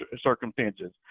circumstances